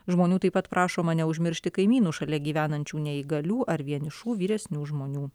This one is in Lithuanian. žmonių taip pat prašoma neužmiršti kaimynų šalia gyvenančių neįgalių ar vienišų vyresnių žmonių